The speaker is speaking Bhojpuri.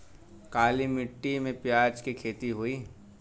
काली माटी में प्याज के खेती होई?